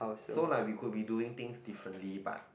so lah we could be doing things differently but